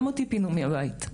גם אותי פינו מהבית,